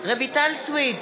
רויטל סויד,